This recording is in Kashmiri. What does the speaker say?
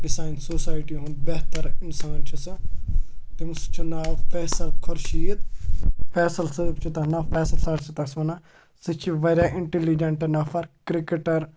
بیٚیہِ سانہِ سوسایٹی ہُنٛد بہتر اِنسان چھِ سۄ تٔمِس چھِ ناو فیصل خُرشیٖد فیصل صٲب چھُ فیصل صاب چھِ تٔمِس وَنان سُہ چھِ واریاہ اِنٛٹٮ۪لِجَنٛٹ نَفَر کِرٛکٮ۪ٹَر